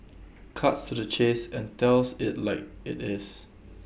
cuts to the chase and tells IT like IT is